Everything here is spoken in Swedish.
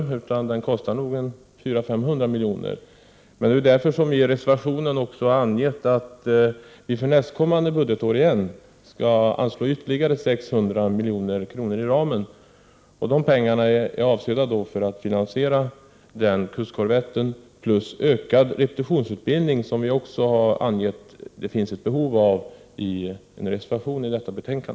En kustkorvett kostar nog 400-500 milj.kr. Därför har vi också i reservationen angett att det inför nästkommande budgetår bör anslås ytterligare 600 milj.kr. i ramen. Dessa pengar är då avsedda för att finansiera denna kustkorvett samt ökad repetitionsutbildning, vilket vi i en reservation till detta betänkande har påpekat att det föreligger ett behov av.